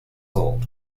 old